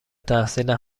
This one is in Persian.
تحصیل